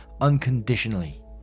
unconditionally